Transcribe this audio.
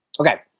Okay